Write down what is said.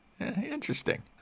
Interesting